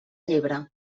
llebre